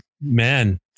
man